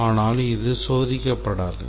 ஆனால் இது சோதிக்கப்படாது